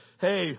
Hey